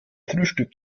frühstück